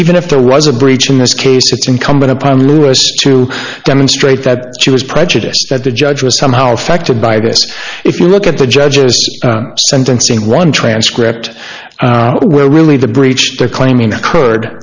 even if there was a breach in this case it's incumbent upon us to demonstrate that she was prejudiced that the judge was somehow affected by this if you look at the judge's sentence in one transcript where really the breach they're claiming occurred